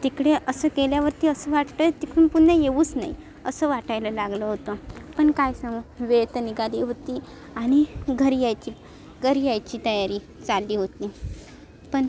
तिकडे असं गेल्यावरती असं वाटत आहे तिकडून पुन्हा येऊच नये असं वाटायला लागलं होतं पण काय सां वेळ तर निघाली होती आणि घरी यायची घरी यायची तयारी चालली होती पण